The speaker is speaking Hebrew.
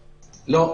לא.